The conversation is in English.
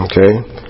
Okay